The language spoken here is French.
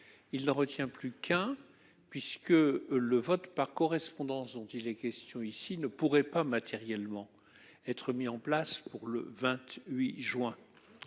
Il n'en a déposé qu'un, puisque le vote par correspondance, dont il est question ici, ne pourrait pas matériellement être mis en oeuvre pour le 28 juin